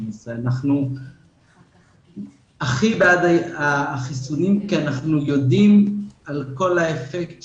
אנחנו הכי בעד החיסונים כי אנחנו יודעים על כל האפקט